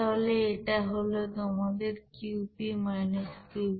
তাহলে এটা হলো তোমাদের Qp - Qv